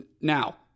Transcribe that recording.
Now